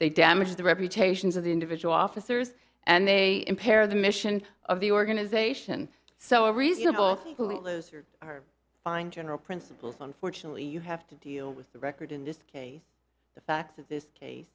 they damage the reputations of the individual officers and they impair the mission of the organization so reasonable are fine general principles unfortunately you have to deal with the record in this case the facts of this case